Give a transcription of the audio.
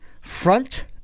front